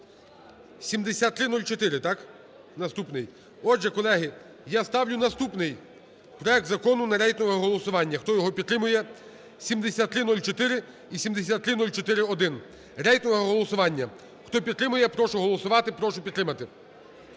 7304, так, наступний? Отже, колеги, я ставлю наступний проект закону на рейтингове голосування. Хто його підтримує – 7304 і 7304-1, - рейтингове голосування. хто підтримує прошу голосувати, прошу підтримати.